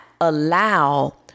allow